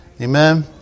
Amen